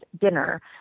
dinner